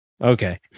okay